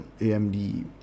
amd